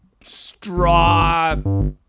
straw